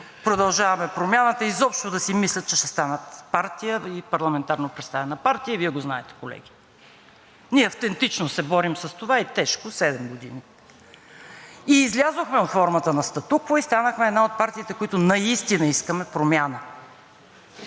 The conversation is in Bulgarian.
„Продължаваме Промяната“ изобщо да си помислят, че ще станат партия, парламентарно представена партия, и Вие го знаете, колеги. Ние автентично и тежко се борим с това седем години. И излязохме от формата на статукво и станахме една от партиите, които наистина искаме промяна.